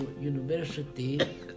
university